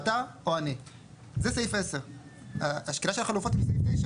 אתה או אני.״ השקילה של החלופות היא בסעיף (9),